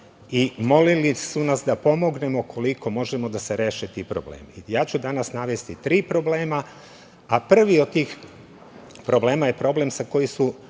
i molili su nas da pomognemo koliko možemo da se reše ti problemi. Danas ću navesti tri problema, a prvi od tih problema je problem sa kojim su